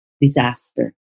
disaster